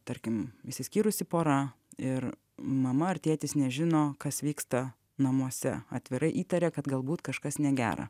tarkim išsiskyrusi pora ir mama ar tėtis nežino kas vyksta namuose atvirai įtaria kad galbūt kažkas negera